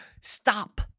Stop